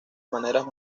maneras